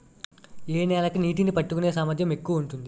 ఏ నేల కి నీటినీ పట్టుకునే సామర్థ్యం ఎక్కువ ఉంటుంది?